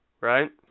right